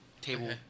table